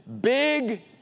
big